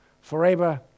Forever